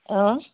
اۭں